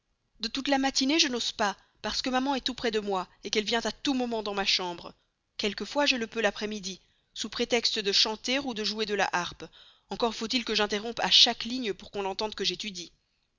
de toute la matinée je n'ose pas parce que maman est tout près de moi qu'elle vient à tout moment dans ma chambre quelquefois je le peux l'après-midi sous prétexte de chanter ou de jouer de la harpe encore faut-il que je m'interrompe à chaque ligne pour qu'on entende que j'étudie